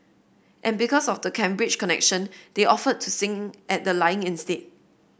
and because of the Cambridge connection they offered to sing at the lying in state